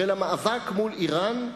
של המאבק מול אירן,